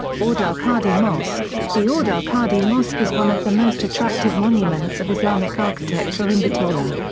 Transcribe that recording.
ajdar-kadi mosque the ajdar-kadi mosque is one of the most attractive monuments of islamic architecture in bitola.